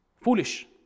Foolish